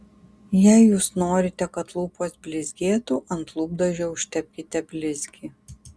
jei jūs norite kad lūpos blizgėtų ant lūpdažio užtepkite blizgį